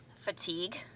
fatigue